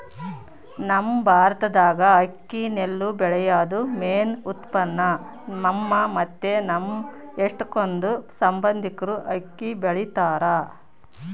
ನಮ್ ಭಾರತ್ದಾಗ ಅಕ್ಕಿ ನೆಲ್ಲು ಬೆಳ್ಯೇದು ಮೇನ್ ಉತ್ಪನ್ನ, ನಮ್ಮ ಮತ್ತೆ ನಮ್ ಎಷ್ಟಕೊಂದ್ ಸಂಬಂದಿಕ್ರು ಅಕ್ಕಿ ಬೆಳಿತಾರ